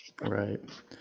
Right